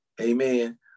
Amen